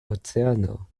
oceano